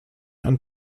ein